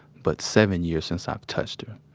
but seven years since i'd touched her.